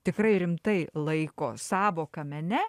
tikrai rimtai laiko sąvoką mene